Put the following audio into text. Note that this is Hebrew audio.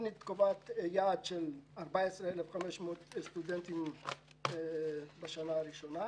התוכנית קובעת יעד של 14,500 סטודנטים בשנה הראשונה,